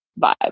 vibe